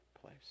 place